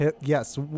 Yes